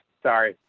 sorry,